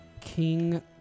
King